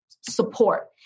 support